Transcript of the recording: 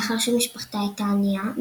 מאחר שמשפחתה הייתה ענייה,